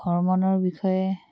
ভ্ৰমণৰ বিষয়ে